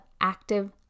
active